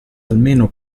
almeno